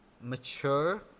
mature